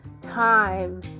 time